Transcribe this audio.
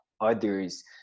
others